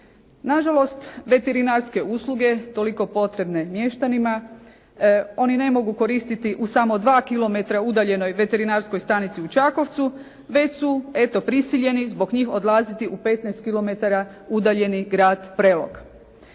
Nažalost, veterinarske usluge, toliko potrebne mještanima, oni ne mogu koristiti u samo dva kilometra udaljenoj veterinarskoj stanici u Čakovcu, već su eto prisiljeni zbog njih odlaziti u 15 kilometara udaljeni grad Prelog.